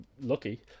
lucky